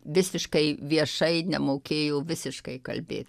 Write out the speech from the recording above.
visiškai viešai nemokėjo visiškai kalbėt